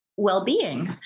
well-being